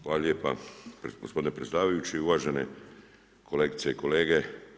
Hvala lijepa gospodine predsjedavajući, uvažene kolegice i kolege.